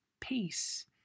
peace